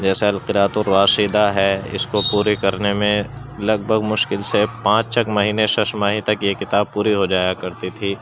جیسے القرأۃ الراشدہ ہے اس کو پوری کرنے میں لگ بھگ مشکل سے پانچ ایک مہینے ششماہی تک یہ کتاب پوری ہو جایا کرتی تھی